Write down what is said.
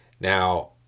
now